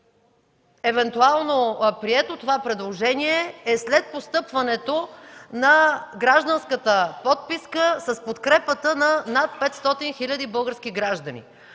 евентуално прието това предложение е след постъпването на гражданската подписка с подкрепата на над 500 хиляди български граждани.